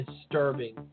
disturbing